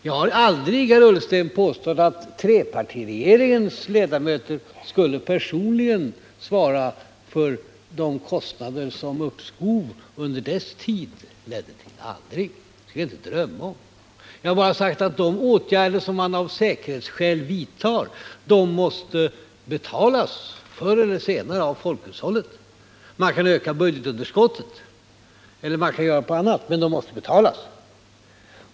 Jag har aldrig, herr Ullsten, påstått att trepartiregeringens ledamöter skulle personligen svara för de kostnader som uppskov under dess tid ledde till — aldrig, det skulle jag inte drömma om. Jag har bara sagt att de åtgärder som man av säkerhetsskäl vidtar måste betalas förr eller senare av folkhushållet. Man kan öka budgetunderskottet eller göra på annat sätt, men kostnaderna måste betalas.